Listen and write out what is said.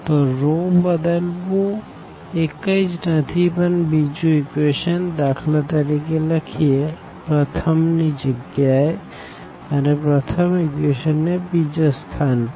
તો રો બદલવું એ કંઇજ નથી પણ બીજું ઇક્વેશન દાખલા તરીકે લખીએ પ્રથમ જગ્યાએ અને પ્રથમ ઇક્વેશન ને બીજા સ્થાન પર